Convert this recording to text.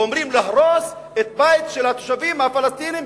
ואומרים: להרוס את הבית של התושבים הפלסטינים,